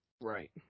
Right